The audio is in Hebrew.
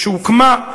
שהוקמה,